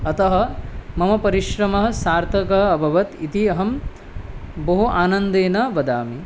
अतः मम परिश्रमः सार्थकः अभवत् इति अहं बहु आनन्देन वदामि